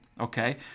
Okay